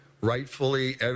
rightfully